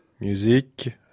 Music